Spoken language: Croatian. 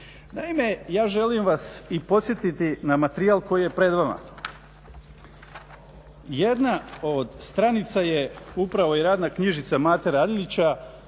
Naime, ja želim vas i podsjetiti na materijal koji je pred vama. Jedna od stranica je upravo i radna knjižica Mate Radeljića